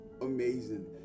amazing